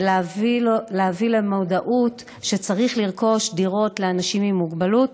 ולהביא למודעות שצריך לרכוש דירות לאנשים עם מוגבלות,